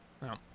No